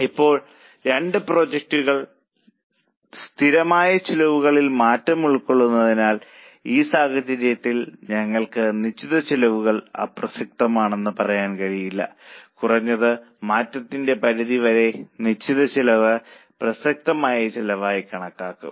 ഇപ്പോൾ 2 പ്രോജക്റ്റുകൾ സ്ഥിരമായ ചിലവുകളിൽ മാറ്റം ഉൾക്കൊള്ളുന്നതിനാൽ ഈ സാഹചര്യത്തിൽ ഞങ്ങൾക്ക് നിശ്ചിത ചെലവുകൾ അപ്രസക്തമാണെന്ന് പറയാൻ കഴിയില്ല കുറഞ്ഞത് മാറ്റത്തിന്റെ പരിധിവരെ നിശ്ചിത ചെലവ് പ്രസക്തമായ ചിലവായി കണക്കാക്കും